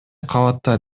кабатта